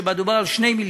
שבה דובר על 2 מיליארד.